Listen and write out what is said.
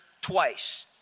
twice